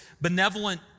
benevolent